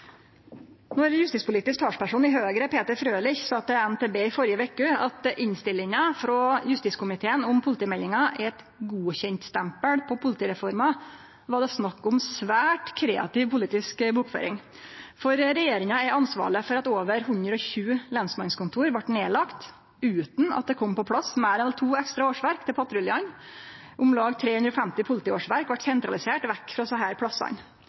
justispolitisk talsperson i Høgre, Peter Frølich, sa til NTB i førre veke at innstillinga frå justiskomiteen om politimeldinga er eit godkjentstempel på politireforma, var det snakk om svært kreativ politisk bokføring. For regjeringa er ansvarleg for at over 120 lensmannskontor vart lagde ned utan at det kom på plass meir enn to ekstra årsverk til patruljane. Om lag 350 politiårsverk vart sentraliserte vekk frå desse